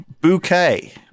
Bouquet